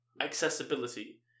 accessibility